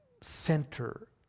center